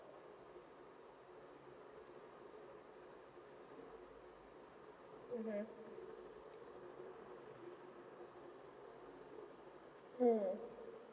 mmhmm mm